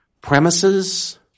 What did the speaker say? premises